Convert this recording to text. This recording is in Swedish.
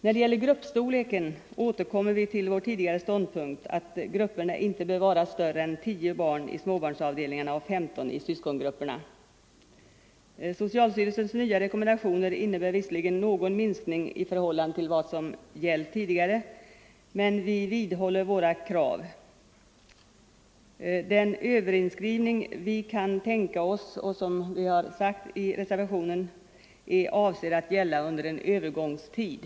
När det gäller gruppstorleken återkommer vi till vår tidigare ståndpunkt att grupperna inte bör vara större än 10 barn i småbarnsavdelningarna och 15 i syskongrupperna. Socialstyrelsens nya rekommendationer innebär visserligen någon minskning i förhållande till vad som gällt tidigare, men vi vidhåller våra krav. Den överinskrivning vi kan tänka oss är, som vi har sagt i reservationen 4, avsedd att gälla under en övergångstid.